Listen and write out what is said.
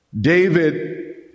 David